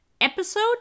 episode